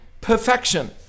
perfection